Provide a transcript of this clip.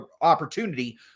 opportunity